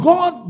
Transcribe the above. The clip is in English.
God